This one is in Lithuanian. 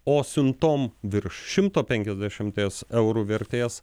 o siuntom virš šimto penkiasdešimties eurų vertės